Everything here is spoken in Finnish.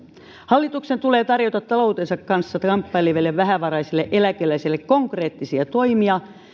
hallituksen tulee tarjota taloutensa kanssa kamppaileville vähävaraisille eläkeläisille konkreettisia toimia